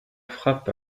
frappe